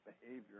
behavior